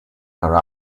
her